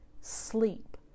sleep